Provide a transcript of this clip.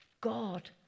God